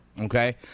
Okay